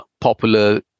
popular